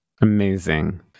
amazing